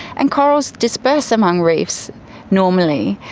and corals disperse among reefs normally.